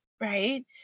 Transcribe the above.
right